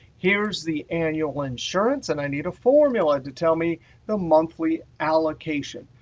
here's the annual insurance and i need a formula to tell me the monthly allocation.